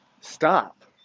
stop